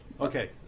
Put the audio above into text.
Okay